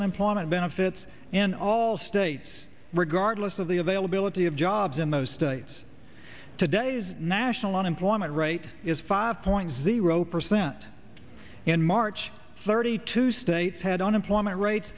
unemployment benefits in all states regardless of the availability of jobs in those states today's national unemployment rate is five point zero percent in march thirty two states had unemployment rate